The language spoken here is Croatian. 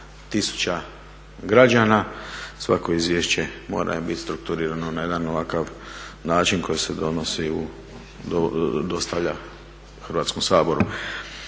tisuća građana. Svako izvješće mora bit strukturirano na jedan ovakav način koji se dostavlja u Hrvatskom saoboru.